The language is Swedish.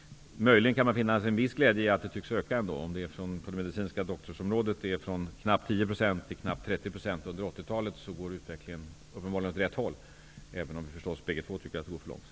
Möjligen kan man finna en viss glädje i att andelen kvinnor tycks öka, i fråga om medicine doktorer från knappt 10 % till knappt 30 % under 1980-talet. Då går utvecklingen uppenbarligen åt rätt håll, även om vi båda tycker att den går för långsamt.